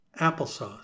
applesauce